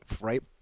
right